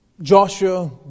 Joshua